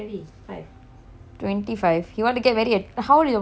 twenty five you want to get married at how old is your boyfriend